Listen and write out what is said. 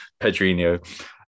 Pedrinho